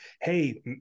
Hey